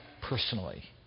Personally